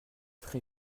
trés